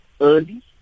early